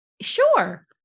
Sure